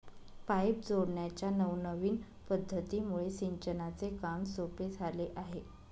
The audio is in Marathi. पाईप जोडण्याच्या नवनविन पध्दतीमुळे सिंचनाचे काम सोपे झाले आहे